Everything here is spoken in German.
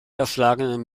erschlagenen